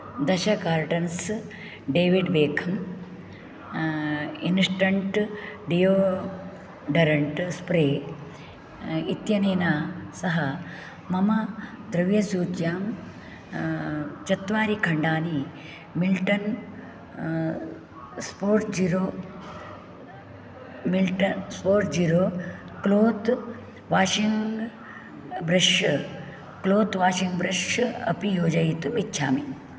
दश cartons David Beckham instant deodorant spray इत्यनेन सह मम द्रव्यसूच्यां चत्वारि खण्डानि Milton Spotzero Milt Spotzero cloth washing brush cloth washing brush अपि योजयितुम् इच्छामि